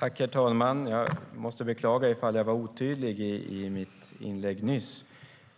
Herr talman! Jag beklagar om jag var otydlig i mitt tidigare